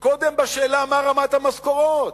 קודם בשאלה מה רמת המשכורות,